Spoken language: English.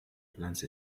plants